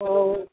تو